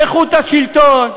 איכות השלטון,